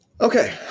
Okay